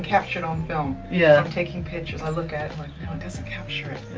capture it on film. yeah taking pictures, i look at it, like, no, it doesn't capture it.